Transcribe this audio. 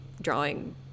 drawing